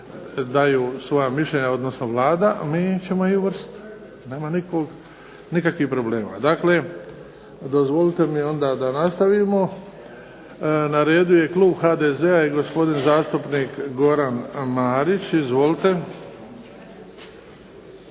daju svoja mišljenja odnosno Vlada mi ćemo ih uvrstiti. Nema nikakvih problema. Dakle, dozvolite mi onda da nastavimo. Na redu je klub HDZ-a i gospodin zastupnik Goran Marić. Izvolite.